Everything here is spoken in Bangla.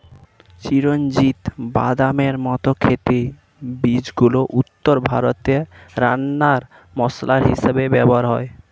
চিরঞ্জিত বাদামের মত খেতে বীজগুলি উত্তর ভারতে রান্নার মসলা হিসেবে ব্যবহার হয়